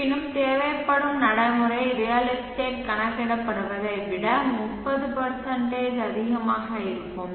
இருப்பினும் தேவைப்படும் நடைமுறை ரியல் எஸ்டேட் கணக்கிடப்பட்டதை விட 30 அதிகமாக இருக்கும்